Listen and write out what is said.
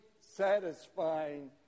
satisfying